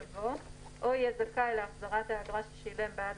יבוא: "או יהיה זכאי להחזרת האגרה ששילם בעד